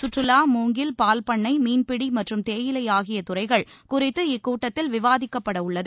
கற்றுலா மூங்கில் பால் பண்ணை மீன்பிடி மற்றும் தேயிலை ஆகிய துறைகளை குறித்து இக்கூட்டத்தில் விவாதிக்கப்படவுள்ளது